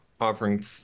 offering